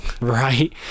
Right